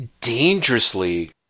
dangerously